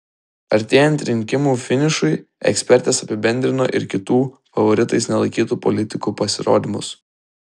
artėjant rinkimų finišui ekspertės apibendrino ir kitų favoritais nelaikytų politikų pasirodymus